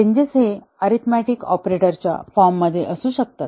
changes हे arithmetic ऑपरेटरच्या फॉर्ममध्ये असू शकतात